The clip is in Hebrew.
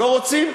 לא רוצים,